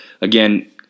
again